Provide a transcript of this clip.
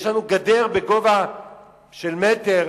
יש לנו גדר בגובה של מטר,